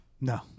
No